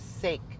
sake